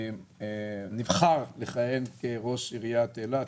שנבחר לכהן כראש עיריית אילת.